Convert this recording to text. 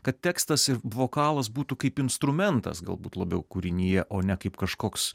kad tekstas ir vokalas būtų kaip instrumentas galbūt labiau kūrinyje o ne kaip kažkoks